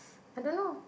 I don't know